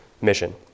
mission